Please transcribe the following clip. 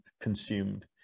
consumed